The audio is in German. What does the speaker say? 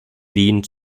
wien